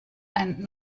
ein